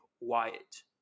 Wyatt